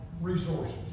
resources